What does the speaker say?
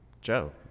Joe